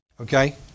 Okay